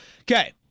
Okay